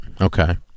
Okay